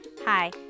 Hi